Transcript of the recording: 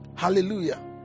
Hallelujah